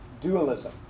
dualism